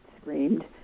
screamed